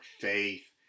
faith